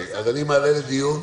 אני מעלה להצבעה.